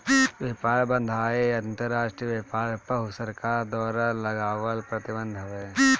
व्यापार बाधाएँ अंतरराष्ट्रीय व्यापार पअ सरकार द्वारा लगावल प्रतिबंध हवे